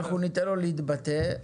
ניתן לו להתבטא,